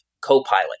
co-pilot